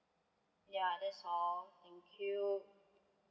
ya that's all thank you